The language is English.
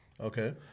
okay